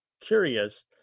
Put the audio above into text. curious